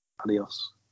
adios